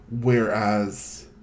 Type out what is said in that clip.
whereas